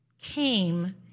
came